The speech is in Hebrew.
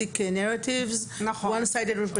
narrative one side representation